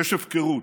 יש הפקרות.